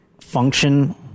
function